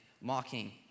mocking